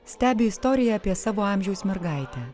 stebi istoriją apie savo amžiaus mergaitę